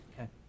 Okay